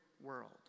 world